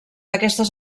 aquestes